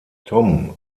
tom